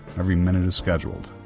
every minute is scheduled,